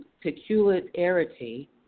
peculiarity